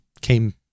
came